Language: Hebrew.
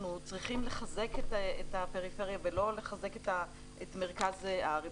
אנחנו צריכים לחזק את הפריפריה ולא לחזק את מרכז הארץ.